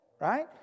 Right